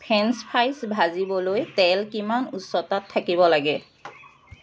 French fries ভাজিবলৈ তেল কিমান উষ্ণতাত থাকিব লাগে